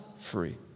free